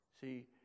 see